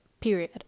Period